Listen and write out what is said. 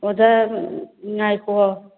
ꯑꯣꯖꯥ ꯉꯥꯏꯈꯣ